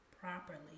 properly